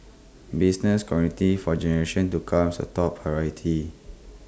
business continuity for generations to comes A top priority